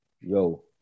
yo